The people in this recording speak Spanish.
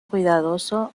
cuidadoso